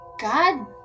God